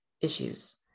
issues